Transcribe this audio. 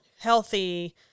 Healthy